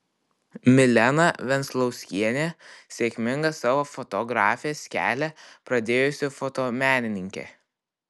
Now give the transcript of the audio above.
milena venclauskienė sėkmingą savo fotografės kelią pradėjusi fotomenininkė